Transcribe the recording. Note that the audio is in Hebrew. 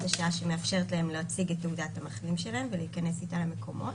השעה שמאפשרת להם להציג את תעודת המחלים שלהם ולהיכנס איתה למקומות.